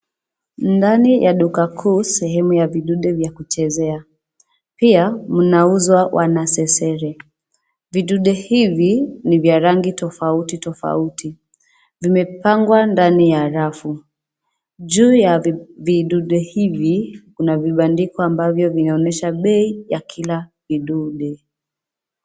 Ndani ya duka kuu sehemu ya vidude vya kuchezea, pia mnauza wanasesere vidude hivi ni vya rangi tofauti tofauti. Vimepangwa ndani ya rafu. Juu ya vidude hivi kuna vibandiko ambavyo vinaonyesha bei ya kila vidude.